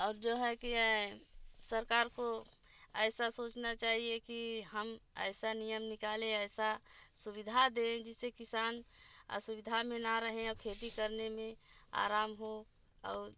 और जो है कि ऐ सरकार को ऐसा सोचना चाहिए कि हम ऐसा नियम निकालें ऐसा सुविधा दें जिससे किसान असुविधा में ना रहें या खेती करने में आराम हो और